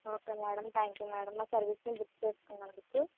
okay madam thank you madam మా సర్వీస్ని book చేసుకున్నందుకు